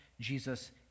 Jesus